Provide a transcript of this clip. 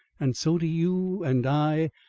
and so do you and i,